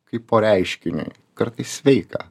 kaipo reiškiniui kartais sveika